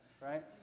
right